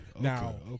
Now